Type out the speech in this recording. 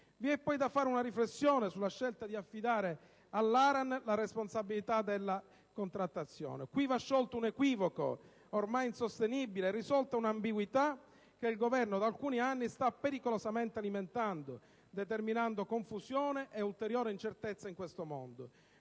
Vi è poi da fare una riflessione sulla scelta di affidare all'ARAN la responsabilità della contrattazione. Qui va sciolto un equivoco ormai insostenibile e risolta un'ambiguità che il Governo da alcuni anni sta pericolosamente alimentando, determinando confusione e ulteriore incertezza in questo mondo.